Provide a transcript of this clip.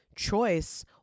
choice